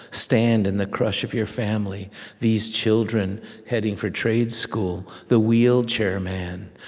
stand in the crush of your family these children heading for trade school, the wheelchair man,